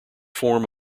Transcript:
form